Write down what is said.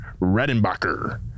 Redenbacher